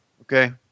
Okay